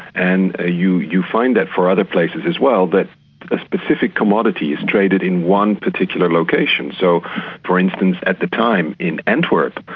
and ah you you find that for other places as well, that a specific commodity is traded in one particular location. so for instance at the time in antwerp,